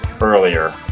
earlier